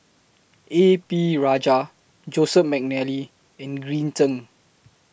A P Rajah Joseph Mcnally and Green Zeng